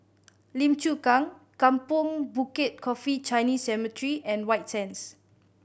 Lim Chu Kang Kampong Bukit Coffee Chinese Cemetery and White Sands